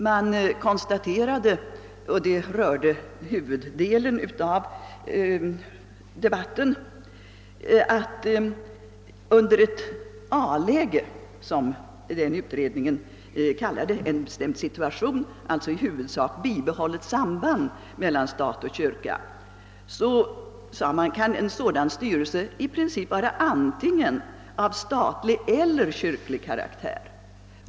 Man konstaterade — och huvuddelen av debatten gällde detta — att i ett A-läge, som utredningen kallade en bestämd situation, alltså i huvudsak bibehållet samband mellan stat och kyrka, kan en sådan styrelse i princip vara antingen av statlig eller kyrklig karaktär.